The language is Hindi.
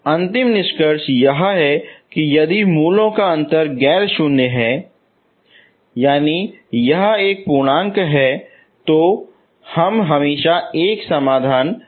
अंतिम निष्कर्ष यह है कि यदि मूलों का अंतर गैर शून्य है लेकिन यह एक पूर्णांक है तो हम हमेशा एक समाधान ढूंढ सकते हैं